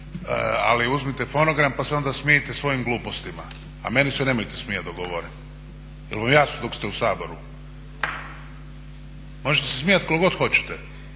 ali uzmite fonogram pa se onda smijte svojim glupostima, a meni se nemojte smijati dok govorim, jel vam jasno, dok ste u Saboru, možete se smijati koliko god hoćete